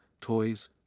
toys